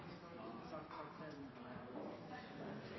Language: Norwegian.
skal ha